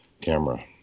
camera